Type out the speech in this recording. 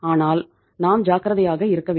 ஆனால் நாம் ஜாக்கிரதையாக இருக்க வேண்டும்